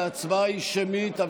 ההצבעה היא שמית,